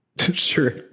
Sure